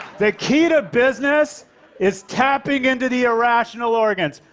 the key to business is tapping into the irrational organs.